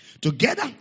Together